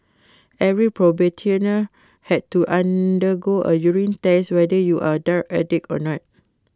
every probationer had to undergo A urine test whether you are A drug addict or not